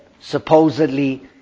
supposedly